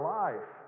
life